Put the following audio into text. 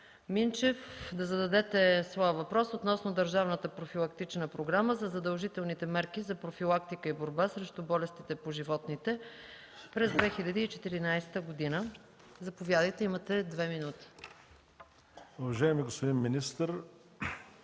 Минчев, да зададете своя въпрос относно Държавната профилактична програма за задължителните мерки за профилактика и борба срещу болестите по животните през 2014 г. МИНЧО МИНЧЕВ (КБ): Уважаеми